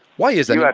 why is that?